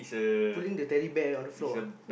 pulling the Teddy Bear on the floor